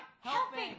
helping